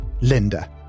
Linda